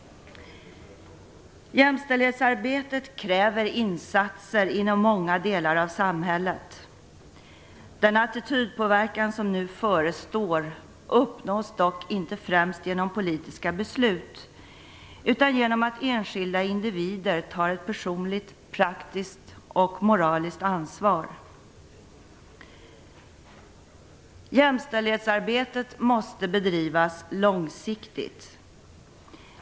Jämställdhetsarbetet kräver insatser inom många delar av samhället. Den attitydpåverkan som nu förestår uppnås dock inte främst genom politiska beslut utan genom att enskilda individer tar ett personligt, praktiskt och moraliskt ansvar. Jämställdhetsarbetet måste bedrivas långsiktigt.